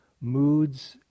moods